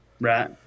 right